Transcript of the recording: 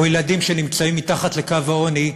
או ילדים שנמצאים מתחת לקו העוני,